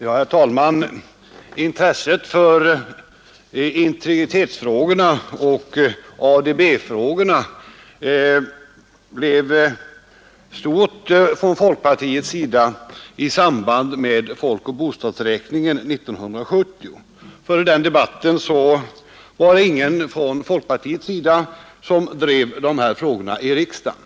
Herr talman! Intresset för integritetsfrågornu och ADB-frågorna blev stort hos folkpartiet i samband med folkoch bostadsräkningen 1970. Före debatten om den var det ingen från folkpartiets sida som drev de här frågorna i riksdagen.